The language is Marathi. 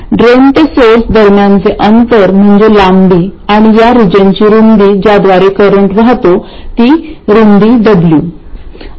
ड्रेन ते स्त्रोत दरम्यानचे अंतर म्हणजे लांबी आणि या रिजनची रुंदी ज्याद्वारे करंट वाहतो ती रुंदी W